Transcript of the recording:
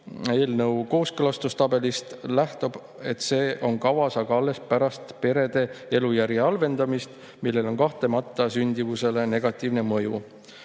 Eelnõu kooskõlastustabelist nähtub, et see on kavas aga alles pärast perede elujärje halvendamist, millel on kahtlemata sündimusele negatiivne mõju.